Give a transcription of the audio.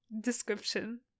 description